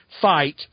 fight